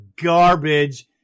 garbage